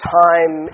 time